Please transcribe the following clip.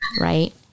right